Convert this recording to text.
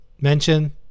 mention